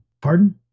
Pardon